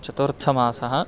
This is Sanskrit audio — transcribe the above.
चतुर्थमासः